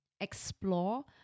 explore